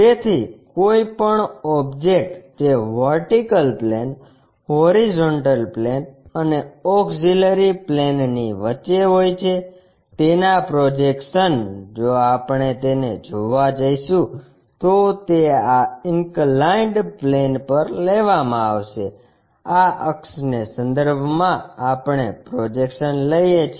તેથી કોઈપણ ઓબ્જેક્ટ જે વર્ટિકલ પ્લેન હોરીઝોન્ટલ પ્લેન અને ઓક્ષીલરી પ્લેનની વચ્ચે હોય છે તેના પ્રોજેક્શન જો આપણે તેને જોવા જઈશું તો તે આ ઇન્કલાઇન્ડ પ્લેન પર લેવામાં આવશે આ અક્ષ ને સંદર્ભમાં આપણે પ્રોજેક્શન લઈએ છીએ